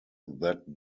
that